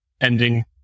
ending